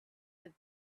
their